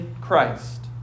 Christ